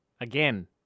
Again